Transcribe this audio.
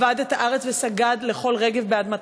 עבד את הארץ וסגד לכל רגב באדמתה,